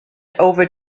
over